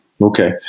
Okay